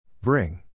Bring